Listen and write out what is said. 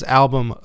album